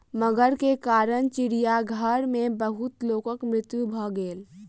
मगर के कारण चिड़ियाघर में बहुत लोकक मृत्यु भ गेल